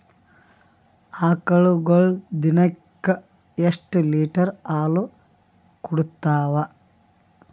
ಆಕಳುಗೊಳು ದಿನಕ್ಕ ಎಷ್ಟ ಲೀಟರ್ ಹಾಲ ಕುಡತಾವ?